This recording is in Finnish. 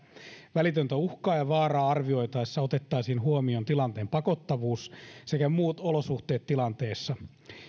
välitöntä uhkaa ja vaaraa arvioitaessa otettaisiin huomioon tilanteen pakottavuus sekä muut olosuhteet tilanteessa